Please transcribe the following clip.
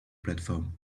platform